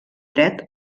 dret